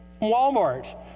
Walmart